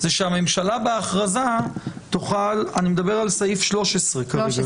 שהממשלה בהכרזה תוכל אני מדבר על סעיף 13 כרגע